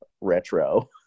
retro